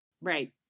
right